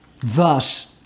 thus